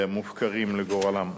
והם מופקרים לגורלם.